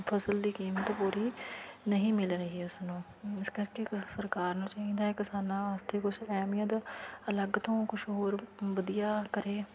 ਫਸਲ ਦੀ ਕੀਮਤ ਪੂਰੀ ਨਹੀਂ ਮਿਲ ਰਹੀ ਉਸਨੂੰ ਇਸ ਕਰਕੇ ਕਿ ਸਰਕਾਰ ਨੂੰ ਚਾਹੀਦਾ ਹੈ ਕਿਸਾਨਾਂ ਵਾਸਤੇ ਕੁਛ ਅਹਿਮੀਅਤ ਅਲੱਗ ਤੋਂ ਕੁਛ ਹੋਰ ਵਧੀਆ ਕਰੇ